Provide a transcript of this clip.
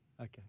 Okay